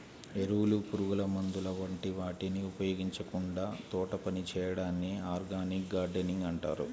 ఎరువులు, పురుగుమందుల వంటి వాటిని ఉపయోగించకుండా తోటపని చేయడాన్ని ఆర్గానిక్ గార్డెనింగ్ అంటారు